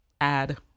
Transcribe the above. add